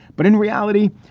but in reality,